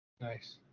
Nice